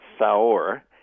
Saur